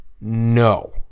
no